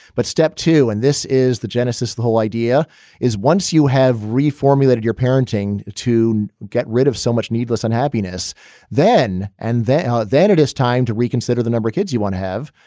but step two, and this is the genesis. the whole idea is once you have reformulated your parenting to get rid of so much needless unhappiness then and there, that it is time to reconsider the number of kids you want to have.